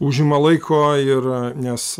užima laiko ir nes